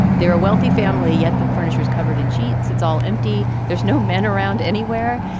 there are wealthy family, yet the furniture is covered in sheets. it's all empty. there's no men around anywhere.